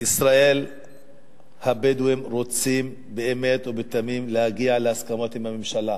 ישראל הבדואים רוצים באמת ובתמים להגיע להסכמות עם הממשלה,